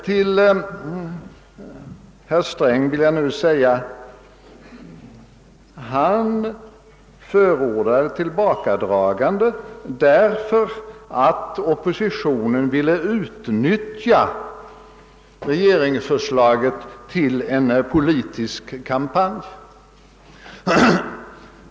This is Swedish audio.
Herr Sträng framhåller här att han förordade ett tillbakadragande därför att oppositionen ville utnyttja regeringsförslaget till en politisk kampanj.